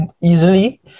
easily